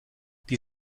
die